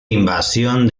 invasión